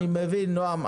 אני מבין, נועם.